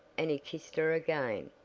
and he kissed her again,